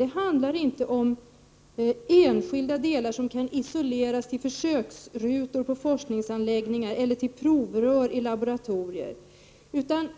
Det handlar inte om enskilda delar som kan isoleras till försöksrutor på forskningsanläggningar eller till provrör i laboratorier, utan